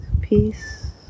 peace